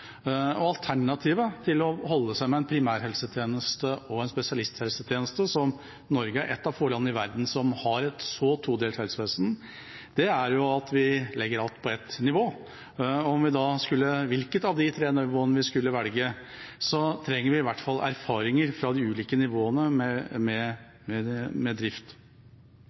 og alternativet til å holde seg med en primær- og spesialisthelsetjeneste – Norge er ett av få land i verden som har et så todelt helsevesen – er at vi legger alt på ett nivå. Uansett hvilket av de tre nivåene vi skulle velge, trenger vi i hvert fall erfaringer fra de ulike nivåene med drift. Derfor var også en følgeevaluering et av de kravene vi stilte, og det